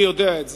אני יודע את זה.